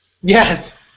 Yes